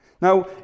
now